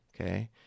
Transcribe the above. okay